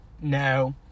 no